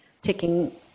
taking